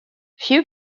few